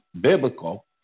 biblical